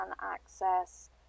access